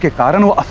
garden? ah